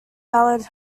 ballad